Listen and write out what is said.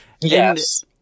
yes